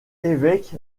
évêque